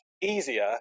easier